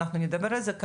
אנחנו נדבר על זה,